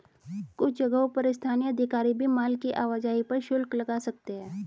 कुछ जगहों पर स्थानीय अधिकारी भी माल की आवाजाही पर शुल्क लगा सकते हैं